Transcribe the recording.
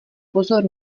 pozor